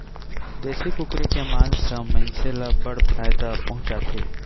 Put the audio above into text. देसी कुकरी के मांस ह मनसे ल बड़ फायदा पहुंचाथे